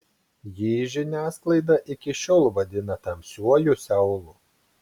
jį žiniasklaida iki šiol vadina tamsiuoju seulu